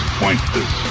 pointless